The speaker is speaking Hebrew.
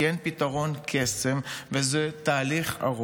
כי אין פתרון קסם וזה תהליך ארוך.